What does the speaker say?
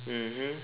mmhmm